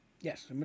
Yes